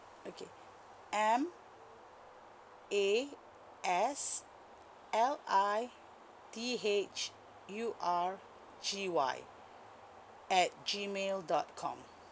okay M A S L I T H U R G Y at G mail dot com